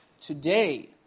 today